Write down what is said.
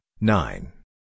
nine